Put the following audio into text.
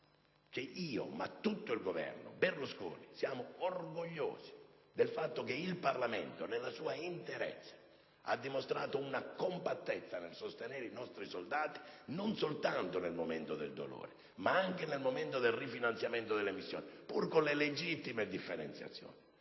che io e tutto il Governo Berlusconi siamo orgogliosi che il Parlamento, nella sua interezza, abbia dimostrato compattezza nel sostenere i nostri soldati, non soltanto nel momento del dolore ma anche al momento del rifinanziamento delle missioni, pur con le legittime differenziazioni.